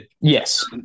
Yes